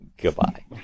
Goodbye